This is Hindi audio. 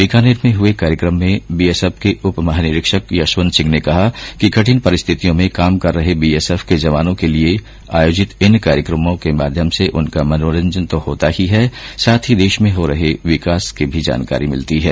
बीकानेर में हुए कार्यक्रम में बीएसएफ के उप महानिरीक्षक यशवंत सिंह ने कहा कि कठिन परिस्थितियों में काम कर रहे बीएसएफ के जवानों के लिए आयोजित इन कार्यक्रमों के माध्यम से उनका मनोरंजन तो होता ही है साथ ही देश में हो रहे विकास की भी जानकारी मिलती है